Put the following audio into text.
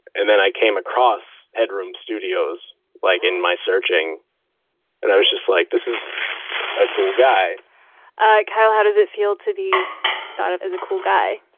and then i came across headroom studios, like, in my searching and i was just like, this is a cool guy kyle, how does it feel to be thought of as a cool guy?